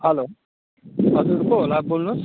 hello हजुर को होला बोल्नुहोस्